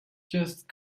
just